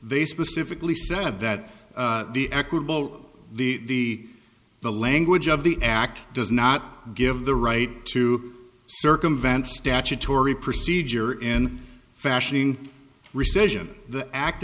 they specifically said that the equitable the the language of the act does not give the right to circumvent statutory procedure in fashioning rescission the act